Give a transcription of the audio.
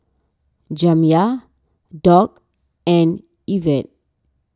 Jamya Doc and Yvette